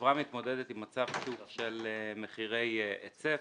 החברה מתמודדת עם מצב שוק של מחירי היצף,